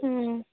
हं